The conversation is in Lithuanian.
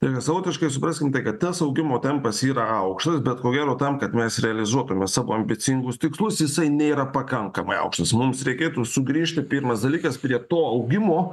savotiškai supraskim kad tas augimo tempas yra aukštas bet ko gero tam kad mes realizuotume savo ambicingus tikslus jisai nėra pakankamai aukštas mums reikėtų sugrįžti pirmas dalykas prie to augimo